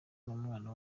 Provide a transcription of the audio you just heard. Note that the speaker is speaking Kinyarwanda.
numwana